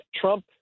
Trump